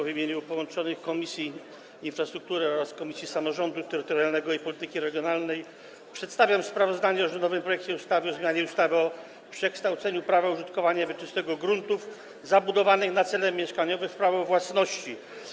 W imieniu połączonych Komisji Infrastruktury oraz Komisji Samorządu Terytorialnego i Polityki Regionalnej przedstawiam sprawozdanie o rządowym projekcie ustawy o zmianie ustawy o przekształceniu prawa użytkowania wieczystego gruntów zabudowanych na cele mieszkaniowe w prawo własności.